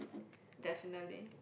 definitely